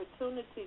opportunity